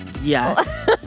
yes